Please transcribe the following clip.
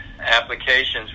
applications